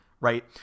right